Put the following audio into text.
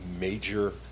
major